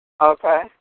Okay